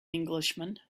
englishman